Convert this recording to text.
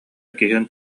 киһи